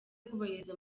kubahiriza